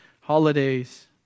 holidays